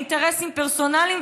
האינטרסים הפרסונליים,